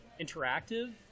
interactive